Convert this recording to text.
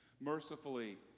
mercifully